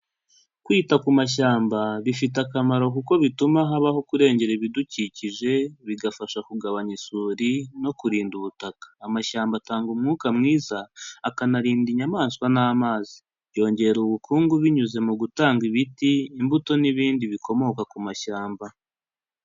Kwita ku mashyamba bifite akamaro kuko bituma habaho kurengera ibidukikije, bigafasha kugabanya isuri no kurinda ubutaka, amashyamba atanga umwuka mwiza akanarinda inyamaswa n'amazi, byongera ubukungu binyuze mu gutanga ibiti, imbuto n'ibindi bikomoka ku mashyamba.